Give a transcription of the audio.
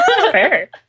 Fair